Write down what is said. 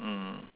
mm